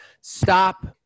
stop